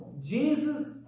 Jesus